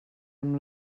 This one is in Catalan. amb